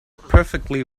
perfectly